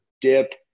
dip